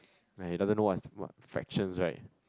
when he doesn't know what is what fractions right